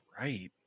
right